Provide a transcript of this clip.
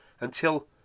until